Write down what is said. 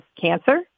cancer